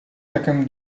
таким